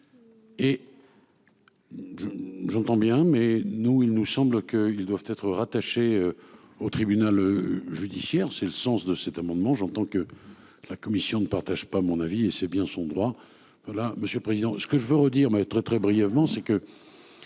Et. J'entends bien, mais nous il nous semble qu'ils doivent être rattaché au tribunal judiciaire. C'est le sens de cet amendement j'entends que la commission ne partage pas, à mon avis et c'est bien son droit. Voilà monsieur le président, ce que je veux redire mais très très brièvement, c'est que.